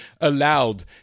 allowed